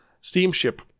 Steamship